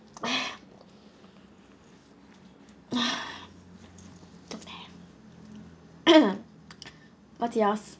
what's yours